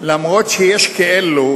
אף שיש כאלו